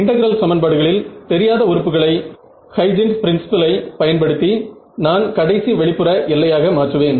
integral சமன்பாடுகளில் தெரியாத உறுப்புகளை ஹைஜென்ஸ் ப்ரின்சிபிளை பயன்படுத்தி இதன் கடைசி வெளிப்புற எல்லையாக மாற்றுவேன்